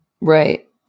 Right